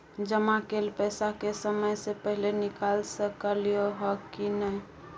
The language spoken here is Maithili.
जमा कैल पैसा के समय से पहिले निकाल सकलौं ह की नय?